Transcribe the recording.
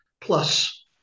Plus